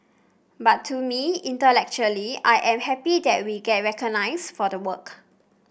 but to me intellectually I am happy that we get recognised for the work